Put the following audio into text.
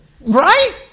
Right